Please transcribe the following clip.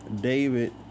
David